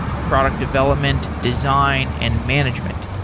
product development, design and management.